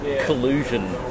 collusion